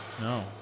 No